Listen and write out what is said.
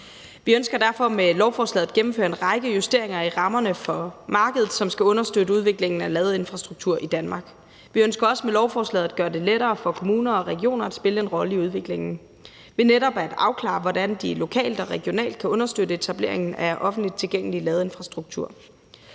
Vi ønsker derfor med lovforslaget at gennemføre en række justeringer af rammerne for markedet, som skal understøtte udviklingen af ladeinfrastruktur i Danmark. Vi ønsker også med lovforslaget at gøre det lettere for kommuner og regioner at spille en rolle i udviklingen ved netop at afklare, hvordan de lokalt og regionalt kan understøtte etableringen af offentligt tilgængelig ladeinfrastruktur.